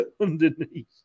underneath